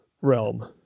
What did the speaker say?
realm